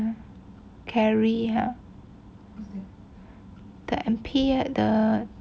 carrier the M_P the